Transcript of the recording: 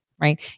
right